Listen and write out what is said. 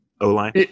O-line